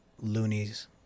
loonies